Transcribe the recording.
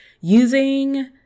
using